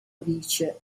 vice